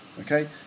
okay